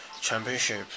championship